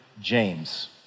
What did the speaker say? James